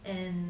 and